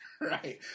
Right